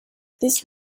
this